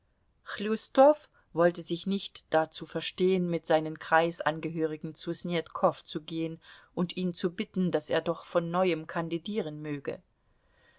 chljustow wollte sich nicht dazu verstehen mit seinen kreisangehörigen zu snetkow zu gehen und ihn zu bitten daß er doch von neuem kandidieren möge